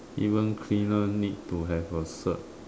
even cleaner need to have a cert